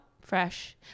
fresh